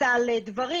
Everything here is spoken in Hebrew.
סל דברים,